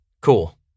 Cool